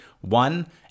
One